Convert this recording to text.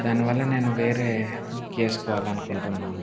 దాన్నివల్ల నేను వేరే బుక్ చేసుకోవాలనుకుంటున్నాను